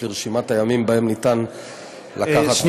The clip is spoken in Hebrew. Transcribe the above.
לרשימת הימים שבהם אפשר לקחת חופשה,